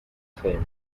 failed